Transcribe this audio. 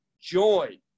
joy